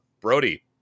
Brody